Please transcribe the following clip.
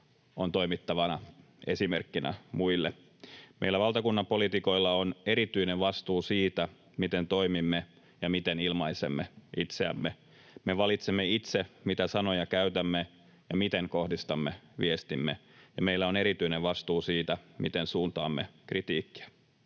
on toimittava esimerkkinä muille. Meillä valtakunnanpoliitikoilla on erityinen vastuu siitä, miten toimimme ja miten ilmaisemme itseämme. Me valitsemme itse, mitä sanoja käytämme ja miten kohdistamme viestimme, ja meillä on erityinen vastuu siitä, miten suuntaamme kritiikkiä.